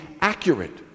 accurate